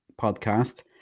podcast